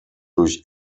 durch